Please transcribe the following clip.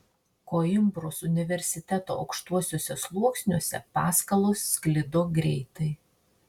koimbros universiteto aukštuosiuose sluoksniuose paskalos sklido greitai